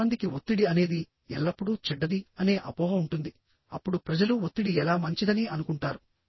కొంతమందికి ఒత్తిడి అనేది ఎల్లప్పుడూ చెడ్డది అనే అపోహ ఉంటుంది అప్పుడు ప్రజలు ఒత్తిడి ఎలా మంచిదని అనుకుంటారు